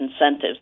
incentives